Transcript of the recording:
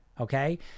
okay